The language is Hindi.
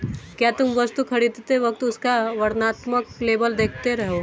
क्या तुम वस्तु खरीदते वक्त उसका वर्णात्मक लेबल देखते हो?